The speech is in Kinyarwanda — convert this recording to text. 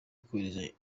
gukoresha